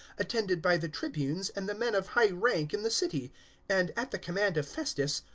attended by the tribunes and the men of high rank in the city and, at the command of festus,